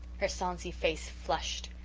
her sonsy face flushed.